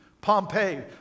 Pompeii